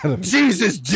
Jesus